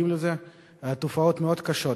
תופעות קשות מאוד.